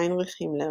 היינריך הימלר,